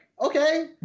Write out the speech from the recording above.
okay